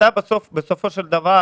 אתה והקולגות שלך בסופו של דבר